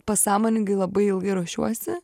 pasąmoningai labai ilgai ruošiuosi